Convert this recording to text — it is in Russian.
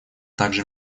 также